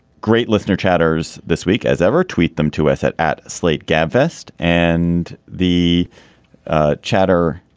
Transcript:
great listener chatters this week as ever. tweet them to us at at slate gabfest. and the chatter.